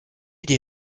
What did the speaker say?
des